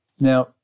Now